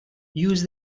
use